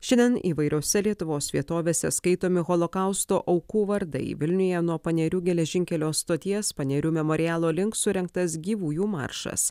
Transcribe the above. šiandien įvairiose lietuvos vietovėse skaitomi holokausto aukų vardai vilniuje nuo panerių geležinkelio stoties panerių memorialo link surengtas gyvųjų maršas